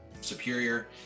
superior